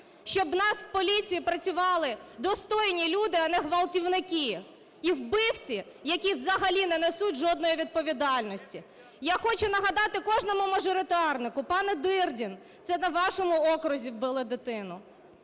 щоб у нас в поліції працювали достойні люди, а не ґвалтівники і вбивці, які взагалі не несуть жодної відповідальності. Я хочу нагадати кожному мажоритарнику. Пане Дирдін, це на вашому окрузі вбили дитину.